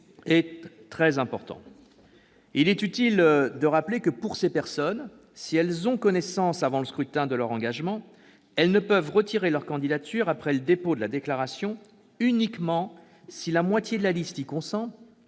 est très important ... Il est utile de rappeler que, si ces personnes ont connaissance avant le scrutin de leur engagement, elles ne peuvent retirer leur candidature après le dépôt de la déclaration que si la moitié de la liste y consent